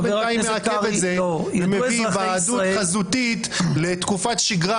בינתיים מעכב את זה ומביא היוועדות חזותית לתקופת שגרה,